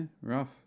rough